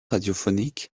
radiophonique